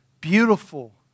beautiful